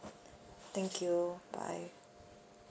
thank you bye